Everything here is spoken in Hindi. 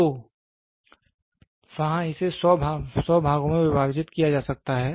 तो वहाँ इसे 100 भागों में विभाजित किया जा सकता है